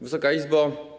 Wysoka Izbo!